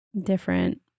different